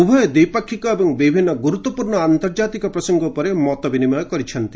ଉଭୟ ଦ୍ୱିପାକ୍ଷିକ ଏବଂ ବିଭିନ୍ନ ଗୁରୁତ୍ୱପୂର୍ଣ୍ଣ ଆନ୍ତର୍ଜାତିକ ପ୍ରସଙ୍ଗ ଉପରେ ମତ ବିନିମୟ କରିଛନ୍ତି